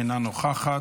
אינה נוכחת,